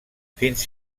fins